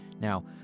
Now